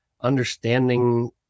understanding